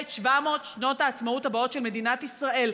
את 700 שנות העצמאות הבאות של מדינת ישראל.